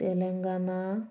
Telangana